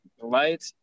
Light